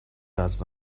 does